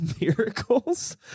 Miracles